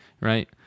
right